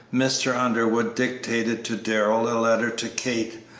mr. underwood dictated to darrell a letter to kate,